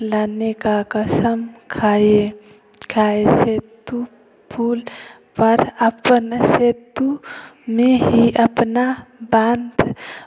लाने का कसम खाए खाए पर अपने सेतु में ही अपना बाँध